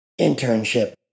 internship